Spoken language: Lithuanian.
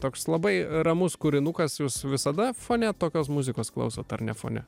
toks labai ramus kūrinukas jūs visada fone tokios muzikos klausot ar ne fone